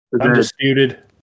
Undisputed